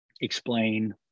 explain